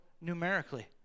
numerically